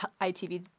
ITV